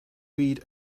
read